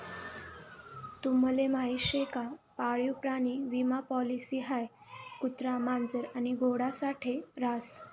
तुम्हले माहीत शे का पाळीव प्राणी विमा पॉलिसी हाई कुत्रा, मांजर आणि घोडा साठे रास